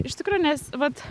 iš tikrųjų nes vat